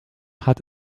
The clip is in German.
hat